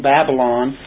Babylon